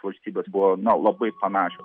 valstybės buvo na labai panašios